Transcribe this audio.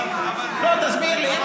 בוא תסביר לי.